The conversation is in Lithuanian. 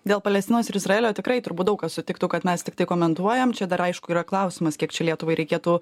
dėl palestinos ir izraelio tikrai turbūt daug kas sutiktų kad mes tiktai komentuojam čia dar aišku yra klausimas kiek čia lietuvai reikėtų